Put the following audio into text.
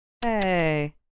Hey